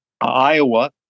Iowa